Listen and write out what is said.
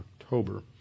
October